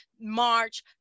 March